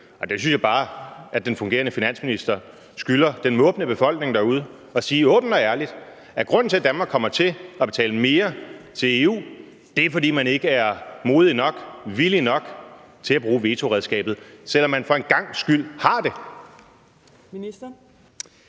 og jeg synes bare, at den fungerende finansminister skylder den måbende befolkning derude at sige åbent og ærligt, at grunden til, at Danmark kommer til at betale mere til EU, er, at man ikke er modige nok, villige nok, til at bruge vetoredskabet, selv om man for en gangs skyld har det.